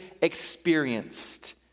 experienced